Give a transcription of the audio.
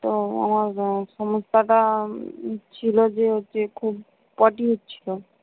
তো আমার সমস্যাটা ছিলো যে হচ্ছে খুব পটি হচ্ছিলো